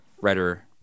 writer